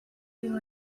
you